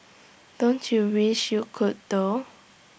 don't you wish you could though